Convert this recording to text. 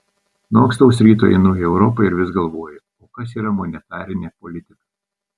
nuo ankstaus ryto einu į europą ir vis galvoju o kas yra monetarinė politika